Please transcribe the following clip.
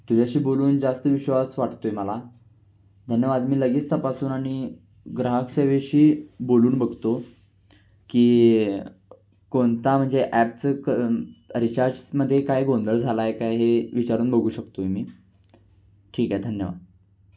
तुझ्याशी बोलून जास्त विश्वास वाटतो आहे मला धन्यवाद मी लगेच तपासून आणि ग्राहकसेवेशी बोलून बघतो की कोणता म्हणजे ॲपचं क रिचार्जमध्ये काय गोंधळ झाला आहे काय हे विचारून बघू शकतो आहे मी ठीक आहे धन्यवाद